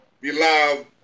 beloved